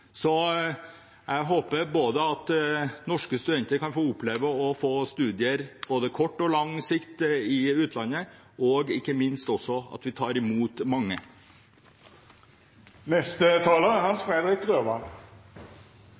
Jeg håper at norske studenter på både lang og kort sikt kan få oppleve å få studere i utlandet, og ikke minst at vi også tar imot